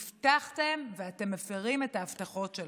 הבטחתם, ואתם מפירים את ההבטחות שלכם.